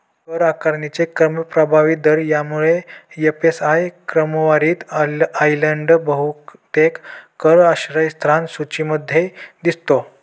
कर आकारणीचे कमी प्रभावी दर यामुळे एफ.एस.आय क्रमवारीत आयर्लंड बहुतेक कर आश्रयस्थान सूचीमध्ये दिसतो